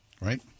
right